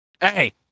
hey